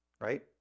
right